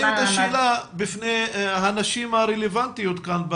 את השאלה בפני הנשים הרלוונטיות כאן,